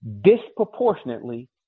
disproportionately